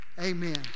Amen